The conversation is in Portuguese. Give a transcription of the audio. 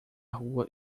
rua